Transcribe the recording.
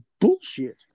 bullshit